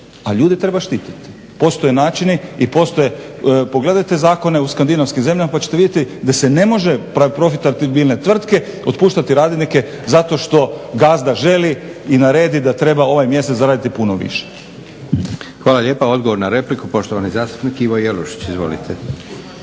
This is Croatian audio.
a ljude treba štititi. Postoje načini, pogledajte zakone u skandinavskim zemljama pa ćete vidjeti da se ne može profitabilne tvrtke otpuštati radnike zato što gazda želi i naredi da treba ovaj mjesec zaraditi puno više. **Leko, Josip (SDP)** Hvala lijepa. Odgovor na repliku poštovani zastupnik Ivo Jelušić. Izvolite.